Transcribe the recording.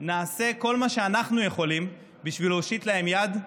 נעשה כל מה שאנחנו יכולים בשביל להושיט להם יד,